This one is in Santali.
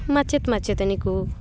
ᱢᱟᱪᱮᱫ ᱢᱟᱪᱮᱛᱟᱹᱱᱤ ᱠᱚ